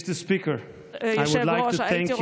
(אומר דברים בשפה האנגלית, להלן תרגומם